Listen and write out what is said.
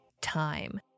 time